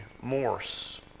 Morse